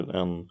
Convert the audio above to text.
en